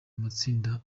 amatsinda